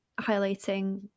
highlighting